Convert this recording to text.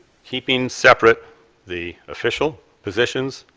keeping separate the official positions,